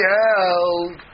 held